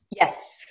Yes